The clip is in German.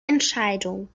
entscheidung